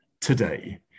today